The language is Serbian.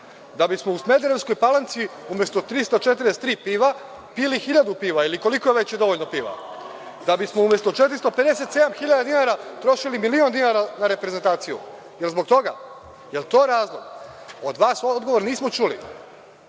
da bismo u Smederevskoj Palanci umesto 343 piva pili hiljadu piva ili koliko već je dovoljno piva, da bismo umesto 457.000 dinara trošili milion dinara na reprezentaciju? Da li je zbog toga? Da li je to razlog? Od vas odgovor nismo čuli.